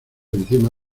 encima